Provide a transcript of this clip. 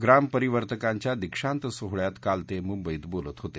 ग्रामपरिवर्तकांच्या दीक्षांत सोहळ्यात काल ते मुंबईत बोलत होते